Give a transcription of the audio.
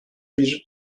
bir